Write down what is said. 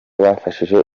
bafashije